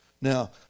Now